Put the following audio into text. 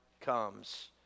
comes